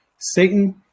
Satan